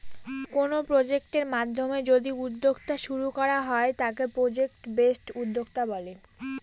কোনো প্রজেক্টের মাধ্যমে যদি উদ্যোক্তা শুরু করা হয় তাকে প্রজেক্ট বেসড উদ্যোক্তা বলে